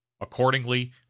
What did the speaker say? accordingly